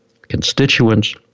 constituents